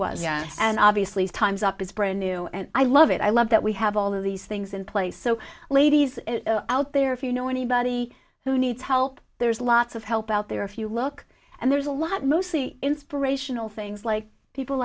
it was and obviously as times up is brand new and i love it i love that we have all of these things in place so ladies out there if you know anybody who needs help there's lots of help out there if you look and there's a lot mostly inspirational things like people